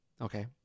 Okay